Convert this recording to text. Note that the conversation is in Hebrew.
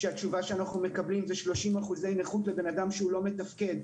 שהתשובה שאנחנו מקבלים זה 30% אחוזי נכות לבן אדם שהוא לא מתפקד.